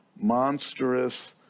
monstrous